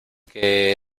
que